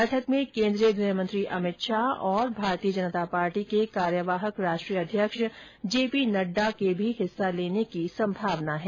बैठक में केंद्रीय गृहमंत्री अमित शाह और भारतीय जनता पार्टी के कार्यवाहक राष्ट्रीय अध्यक्ष जेपी नड्डा भी हिस्सा ले सकते है